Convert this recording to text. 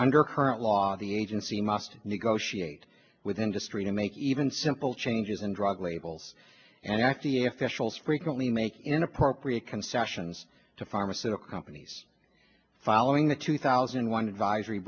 under current law the agency must negotiate with industry to make even simple changes in drug labels and act the officials frequently make inappropriate concessions to pharmaceutical companies following the two thousand and one advisor